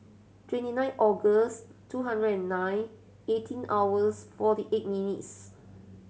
twenty nine August two hundred and nine eighteen hours forty eight minutes